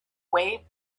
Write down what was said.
way